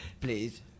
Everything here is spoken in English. please